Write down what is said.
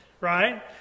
right